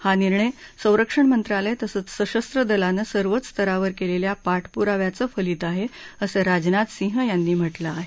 हा निर्णय संरक्षण मंत्रालय तसंच सशस्व दलानं सर्वच स्तरावर केलेल पाठपुराव्याचं फलित आहे असं राजनाथ सिंह यांनी म्हटलं आहे